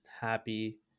Happy